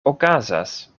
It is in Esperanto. okazas